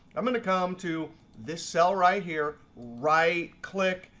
i'm going to come to this cell right here, right click,